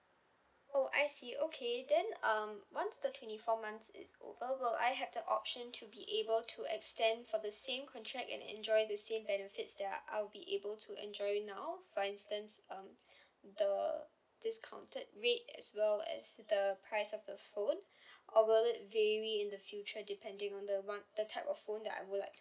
oh I see okay then um once the twenty four months is over will I have the option to be able to extend for the same contract and enjoy the same benefits that are I'll be able to enjoy now for instance um the discounted rate as well as the price of the phone or will it vary in the future depending on the one the type of phone that I would like to